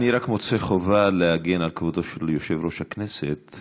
אני רק מוצא חובה להגן על כבודו של יושב-ראש הכנסת.